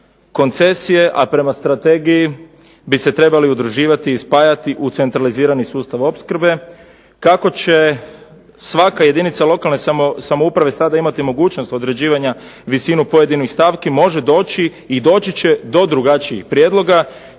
koncesije, a prema strategiji bi se trebali udruživati i spajati u centralizirani sustav opskrbe, kako će svaka jedinica lokalne samouprave sada imati mogućnost određivanja visinu pojedinih stavki, može doći i doći će do drugačijih prijedloga,